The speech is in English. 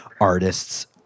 artists